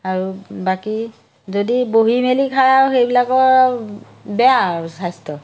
আৰু বাকী যদি বহি মেলি খায় আৰু সেইবিলাকৰ বেয়া আৰু স্বাস্থ্য